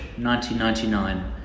1999